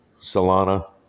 Solana